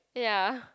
ya